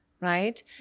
right